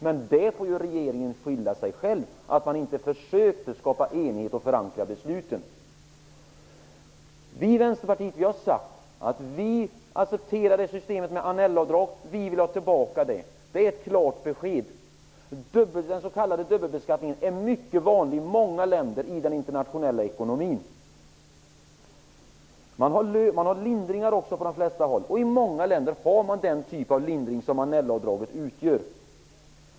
Men regeringen får skylla sig själv för att den inte försökte skapa enighet och förankra besluten. Vi i Vänsterpartiet har sagt att vi accepterar systemet med Annellavdrag -- vi vill ha tillbaka det. Det är ett klart besked. Den s.k. dubbelbeskattningen är mycket vanlig i internationell ekonomi. På de flesta håll har man också lindringar. I många länder har man den typ av lindring som Annellavdraget utgör.